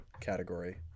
category